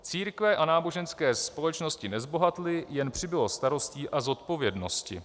Církve a náboženské společnosti nezbohatly, jen přibylo starostí a zodpovědnosti.